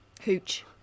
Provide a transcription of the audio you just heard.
hooch